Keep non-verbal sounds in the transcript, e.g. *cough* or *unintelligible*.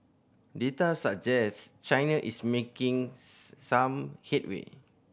data suggest China is making *unintelligible* some headway